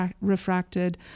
refracted